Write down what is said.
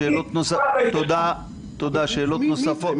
שאלות נוספות.